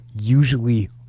usually